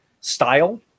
style